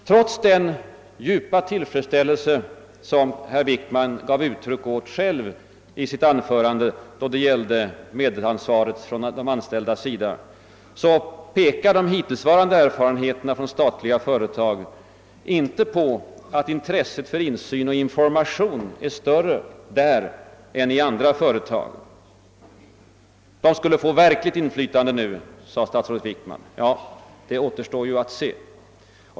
Trots den djupa tillfredsställelse herr Wickman själv gav uttryck åt i sitt anförande då det gällde frågan om medansvaret från de anställdas sida, tyder de hittillsvarande erfarenheterna av statliga företag inte på att intresset för insyn och information är större i statliga än i andra företag. De anställda skulle nu få verkligt inflytande, sade herr Wickman. Ja, det återstår att se!